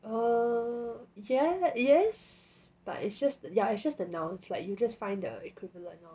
err yeah yes but it's just yeah it's just the nouns like you just find the equivalent lor